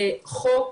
זה חוק